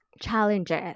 challenges